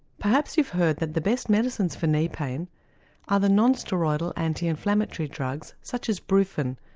perhaps you've heard that the best medicines for knee pain are the non-steroidal anti-inflammatory drugs such as brufen,